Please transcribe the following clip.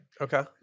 Okay